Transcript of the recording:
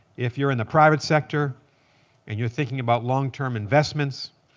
if you're in the private sector and you're thinking about long term investments,